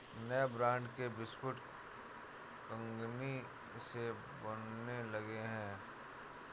नए ब्रांड के बिस्कुट कंगनी से बनने लगे हैं